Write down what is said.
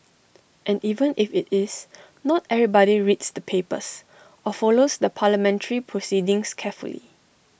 and even if IT is not everybody reads the papers or follows the parliamentary proceedings carefully